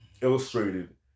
illustrated